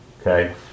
okay